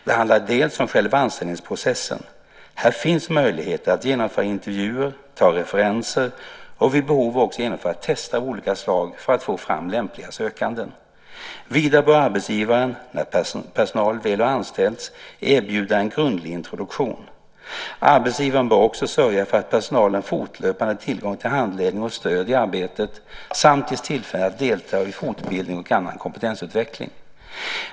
Det handlar bland annat om själva anställningsprocessen. Här finns möjligheter att genomföra intervjuer, ta referenser och vid behov också genomföra tester av olika slag för att få fram lämpliga sökanden. Vidare bör arbetsgivaren, när personal väl har anställts, erbjuda en grundlig introduktion. Arbetsgivaren bör också sörja för att personalen fortlöpande har tillgång till handledning och stöd i arbetet samt ges tillfällen att delta i fortbildning och annan kompetensutveckling.